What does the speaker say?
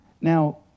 Now